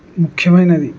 ముఖ్యమైనది